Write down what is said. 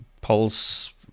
pulse